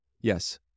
Yes